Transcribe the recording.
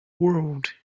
world